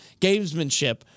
gamesmanship